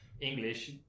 English